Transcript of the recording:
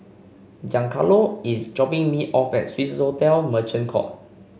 Giancarlo is dropping me off at Swissotel Merchant Court